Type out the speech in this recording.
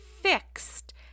fixed